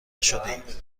نشدهاید